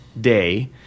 day